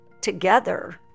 together